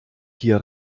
hier